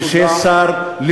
ושיהיה שר,